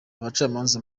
abacamanza